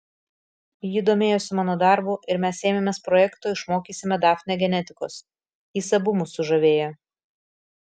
ji domėjosi mano darbu ir mes ėmėmės projekto išmokysime dafnę genetikos jis abu mus sužavėjo